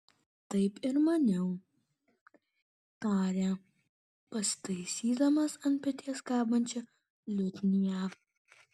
taip ir maniau tarė pasitaisydamas ant peties kabančią liutnią